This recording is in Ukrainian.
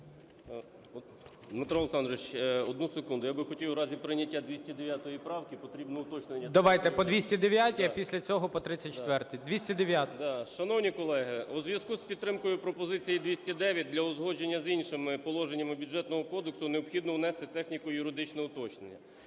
Дмитро Олександрович, одну секунду. Я би хотів, в разі прийняття 209 правки, потрібно уточнення. ГОЛОВУЮЧИЙ. Давайте по 209-й, а після цього по 34-й. 209-а. КУЗБИТ Ю.М. Шановні колеги, у зв'язку з підтримкою пропозиції 209, для узгодження з іншими положеннями Бюджетного кодексу необхідно внести техніко-юридичне уточнення.